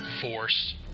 Force